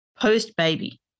post-baby